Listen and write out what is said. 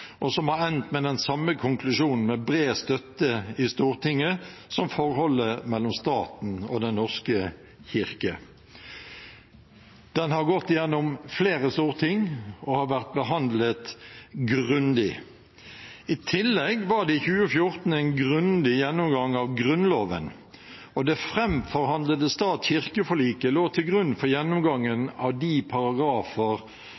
og som har endt med den samme konklusjonen med bred støtte i Stortinget, som forholdet mellom staten og Den norske kirke. Den har gått gjennom flere storting og har vært behandlet grundig. I tillegg var det i 2014 en grundig gjennomgang av Grunnloven, og det framforhandlede stat–kirke-forliket lå til grunn for